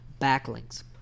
Backlinks